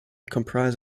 comprise